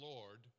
Lord